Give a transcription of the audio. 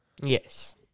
yes